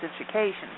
education